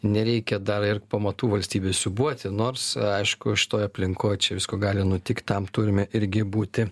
nereikia dar ir pamatų valstybės siūbuoti nors aišku šitoj aplinkoj čia visko gali nutikt tam turime irgi būti